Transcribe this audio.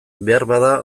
beharbada